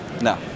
No